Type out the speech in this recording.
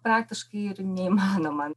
praktiškai ir neįmanoma